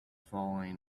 falling